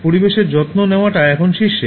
পরিবেশের যত্ন নেওয়াটা এখন শীর্ষে